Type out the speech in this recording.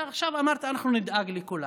ועכשיו אמרת: אנחנו נדאג לכולם.